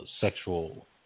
sexual